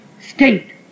state